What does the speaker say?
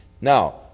Now